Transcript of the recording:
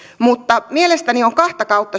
mutta mielestäni on kahta kautta